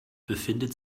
befindet